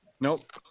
Nope